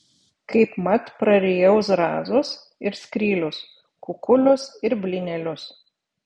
kaipmat prarijau zrazus ir skrylius kukulius ir blynelius